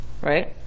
Right